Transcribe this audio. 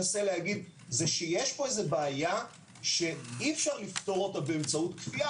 כלומר יש פה בעיה שאי-אפשר לפתור אותה באמצעות כפייה,